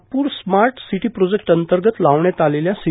Nagpur smart city project अंतर्गत लावण्यात आलेल्या सी